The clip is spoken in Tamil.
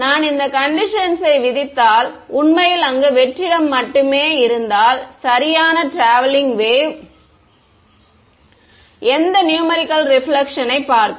நான் இந்த கண்டிஷன்ஸ் யை விதித்தால் உண்மையில் அங்கு வெற்றிடம் மட்டுமே இருந்தால் சரியான ட்ராவெல்லிங் வேவ் எந்த நூமரிகள் ரெபிலெக்ஷன் யை பார்க்கும்